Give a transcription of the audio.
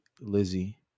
Lizzie